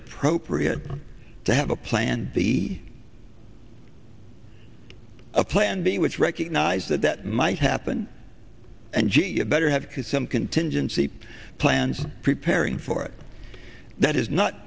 appropriate to have a plan the a plan b which recognize that that might happen and gee you better have some contingency plans preparing for it that is not